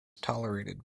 tolerated